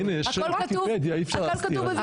הנה יש ויקיפדיה אי אפשר להסתיר את זה.